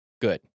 good